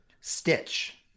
Stitch